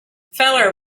feller